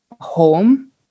home